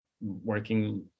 working